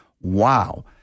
wow